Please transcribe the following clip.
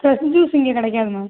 fresh juice இங்கே கிடைக்காது ma'am